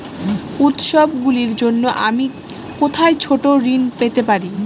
উত্সবগুলির জন্য আমি কোথায় ছোট ঋণ পেতে পারি?